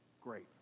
great